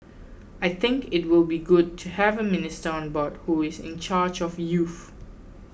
I think it will be good to have a minister on board who is in charge of youth